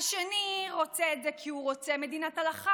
השני רוצה את זה כי הוא רוצה מדינת הלכה,